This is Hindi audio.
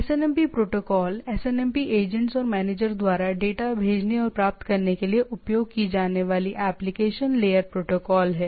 एसएनएमपी प्रोटोकॉल एसएनएमपी एजेंट्स और मैनेजर द्वारा डेटा भेजने और प्राप्त करने के लिए उपयोग की जाने वाली एप्लीकेशन लेयर प्रोटोकॉल है